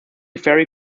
ferry